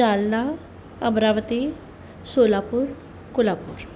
Jalna Amravati Solapur Kolhapur